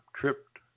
tripped